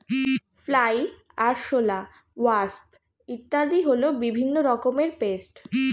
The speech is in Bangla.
ফ্লাই, আরশোলা, ওয়াস্প ইত্যাদি হল বিভিন্ন রকমের পেস্ট